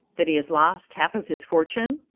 that he has lost half of his fortune?